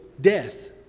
death